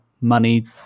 money